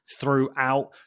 throughout